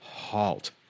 halt